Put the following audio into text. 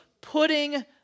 putting